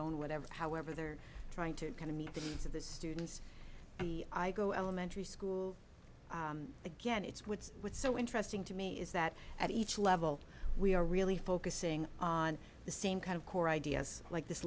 own whatever however they're trying to kind of meet the needs of the students and i go elementary school again it's what's what's so interesting to me is that at each level we are really focusing on the same kind of core ideas like this